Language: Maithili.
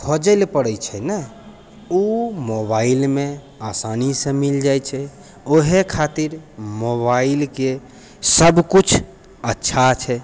खोजै लए पड़ै छै ने ओ मोबाइलमे आसानीसँ मिल जाइ छै ओहे खातिर मोबाइलके सब किछु अच्छा छै